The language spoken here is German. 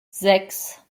sechs